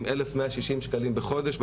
עם 1160 ₪ בחודש,